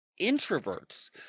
introverts